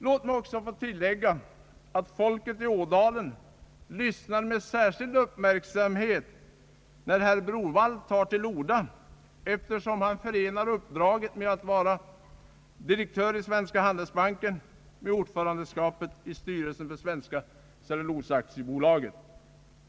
Låt mig få tillägga, att folket i Ådalen lyssnar med särskild uppmärksamhet när herr Browaldh tar till orda, eftersom han förenar uppdraget att vara direktör i Svenska handelsbanken med ordförandeskapet i styrelsen för Svenska cellulosaaktiebolaget.